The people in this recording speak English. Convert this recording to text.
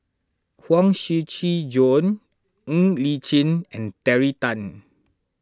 Huang Shiqi Joan Ng Li Chin and Terry Tan